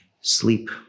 sleep